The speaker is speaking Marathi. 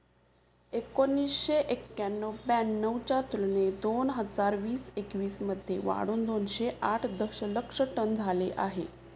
एकोणीसशे एक्क्याण्णव ब्याण्णव च्या तुलनेत दोन हजार वीस एकवीस मध्ये वाढून दोनशे आठ दशलक्ष टन झाले आहे